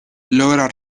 logra